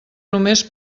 només